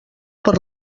per